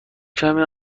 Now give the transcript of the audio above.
کمی